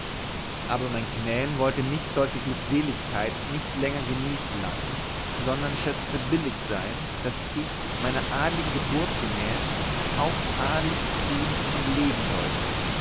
aber mein knän wollte mich solche glückseligkeit nicht länger genießen lassen sondern schätzte billig sein daß ich meiner adeligen geburt gemäß auch adelig tun und leben sollte